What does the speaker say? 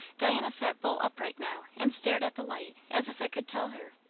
diana sat bolt upright now and stared at the light as if it could tell her.